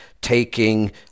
taking